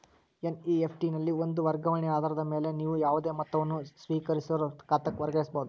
NEFT ನಲ್ಲಿ ಒಂದ ವರ್ಗಾವಣೆ ಆಧಾರದ ಮ್ಯಾಲೆ ನೇವು ಯಾವುದೇ ಮೊತ್ತವನ್ನ ಸ್ವೇಕರಿಸೋರ್ ಖಾತಾಕ್ಕ ವರ್ಗಾಯಿಸಬಹುದ್